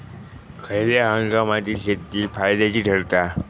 खयल्या हंगामातली शेती जास्त फायद्याची ठरता?